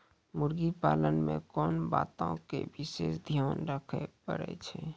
मुर्गी पालन मे कोंन बातो के विशेष ध्यान रखे पड़ै छै?